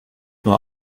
nur